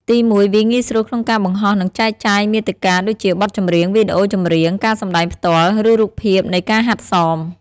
ទីមួយ វាងាយស្រួលក្នុងការបង្ហោះ និងចែកចាយមាតិកាដូចជាបទចម្រៀង វីដេអូចម្រៀង ការសម្ដែងផ្ទាល់ ឬរូបភាពនៃការហាត់សម។